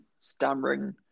stammering